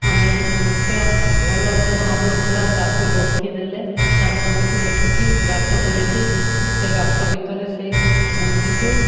ଆମେ ଗୋଟେ ଭଲ ଯେଉଁ ଆମ୍ବ ଥିଲା ତାକୁ ରଖିଦେଲେ ତା' ମଞ୍ଜିକୁ ରଖିକି ଗାତ ଖୋଳିକି ସେ ଗାତ ଭିତରେ ସେଇ ମଞ୍ଜିକୁ